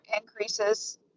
increases